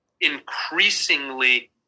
increasingly